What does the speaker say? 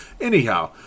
Anyhow